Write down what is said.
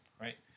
right